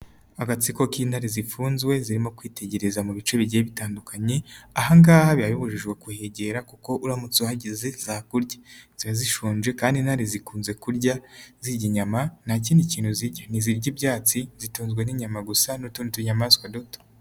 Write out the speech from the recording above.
Agatsiko k'intare zifunzwe zirimo kwitegereza mu bice bigiye bitandukanye, ahangaha biba bibujijwe kuhegera kuko uramutse uhageze zakurya. Ziba zishonje kandi intare zikunze kurya zirya inyama nta kindi kinturya. Ntizirya ibyatsi zitunzwe n'inyama gusa n'utundi tunyamaswa duto.